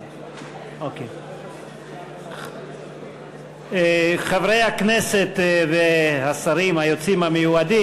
בסוף הישיבה כנהוג וכמקובל,